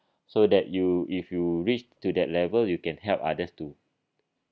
so that you if you reach to that level you can help others too